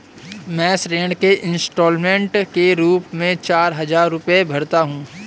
मैं ऋण के इन्स्टालमेंट के रूप में चार हजार रुपए भरता हूँ